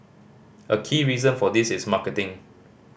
a key reason for this is marketing